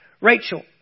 Rachel